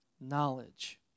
Knowledge